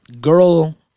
girl